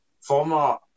Former